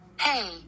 Hey